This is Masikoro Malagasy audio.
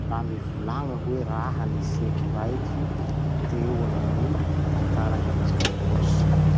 Mba mivolagna hoe raha-niseho raiky teo amy gny tantaran'i Bangladesy?